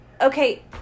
okay